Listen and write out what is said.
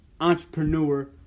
entrepreneur